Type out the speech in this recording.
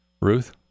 Ruth